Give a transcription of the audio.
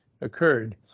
occurred